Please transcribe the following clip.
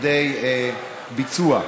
לכדי ביצוע.